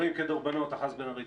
דברים כדורבנות, אחז בן-ארי.